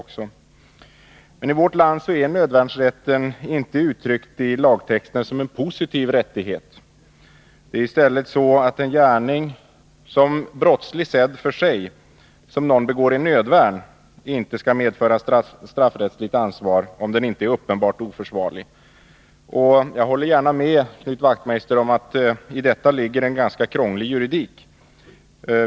I vårt land är nödvärnsrätten inte uttryckt i lagtexten som en positiv rättighet. Det är i stället så att en gärning, brottslig sedd för sig, som någon begår i nödvärn inte kan medföra straffrättsligt ansvar om den inte är uppenbart oförsvarlig. Jag håller gärna med Knut Wachtmeister om att det i detta ligger en ganska krånglig juridik.